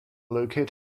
located